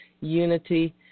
unity